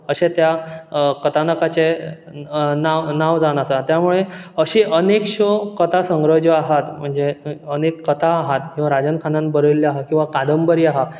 अशें त्या अ कथानकाचें अ नांव नांव जावन आसा त्या मुळे अशी अनेकश्यो कथा संग्रह ज्यो आहात म्हणजे अनेक कथा आहात त्यो राजन खानान बरयल्लो आहात किंवां कादंबरी आहा